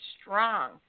strong